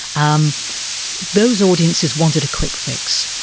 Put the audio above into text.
um those audiences wanted a quick fix.